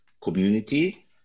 community